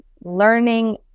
learning